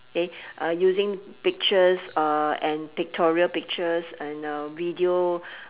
K using pictures uh and pictorial pictures and uh video